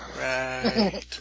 Right